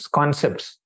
concepts